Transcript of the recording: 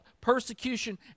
persecution